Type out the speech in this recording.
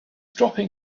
dropping